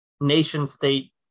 nation-state